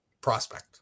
prospect